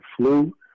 flu